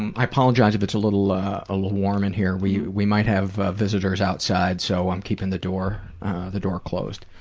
and i apologize if it's a little ah little warm in here. we we might have ah visitors outside, so i'm keeping the door the door closed.